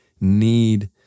need